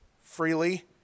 freely